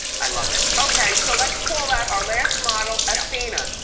i love it. okay, so let's call out our last model, and athena.